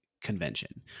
convention